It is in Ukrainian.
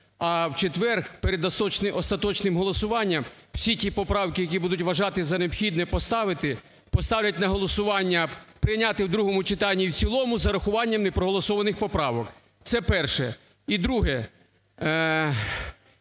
а в четвер перед остаточним голосуванням всі ті поправки, які будуть вважатися за необхідне поставити, поставлять на голосування прийняти в другому читанні і в цілому з урахування непроголосованих поправок. Це перше. І друге.